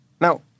Now